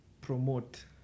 promote